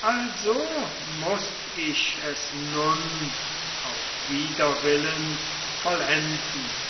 also mußt ich es nun auch wider willen vollenden